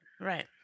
Right